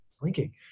Blinking